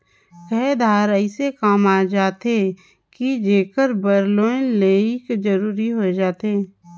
कए धाएर अइसे काम आए जाथे कि जेकर बर लोन लेहई जरूरी होए जाथे